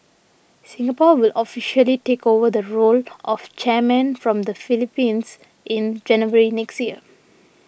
Singapore will officially take over the role of chairman from the Philippines in January next year